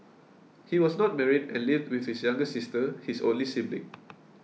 he was not married and lived with his younger sister his only sibling